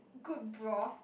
good broth